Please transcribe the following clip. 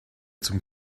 zum